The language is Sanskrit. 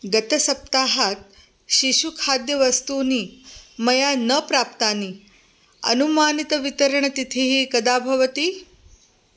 गतसप्ताहात् शिशुखाद्यवस्तूनि मया न प्राप्तानि अनुमानितवितरणतिथिः कदा भवति